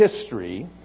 history